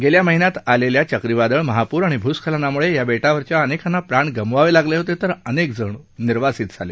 गेल्या महिन्यात आलेल्या चक्रीवादळ महापूर आणि भूस्खलनामुळे या बेटावरच्या अनेकांना प्राण गमवावे लागले होते तर अनेकजण निर्वासित झाले